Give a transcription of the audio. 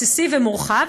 בסיסי ומורחב,